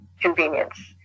convenience